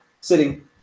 sitting